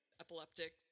epileptic